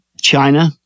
China